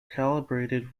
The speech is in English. calibrated